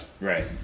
right